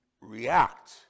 react